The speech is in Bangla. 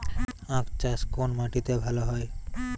আখ চাষ কোন মাটিতে ভালো হয়?